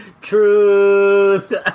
Truth